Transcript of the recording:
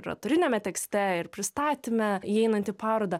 kurotoriniame tekste ir pristatyme įeinant į parodą